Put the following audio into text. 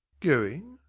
going!